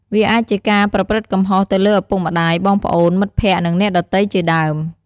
វាអាចជាការប្រព្រឹត្តកំហុសទៅលើឪពុកម្ដាយ បងប្អូន មិត្តភក្តិ និងអ្នកដទៃជាដើម។